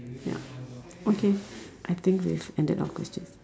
ya okay I think we've ended our question